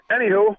Anywho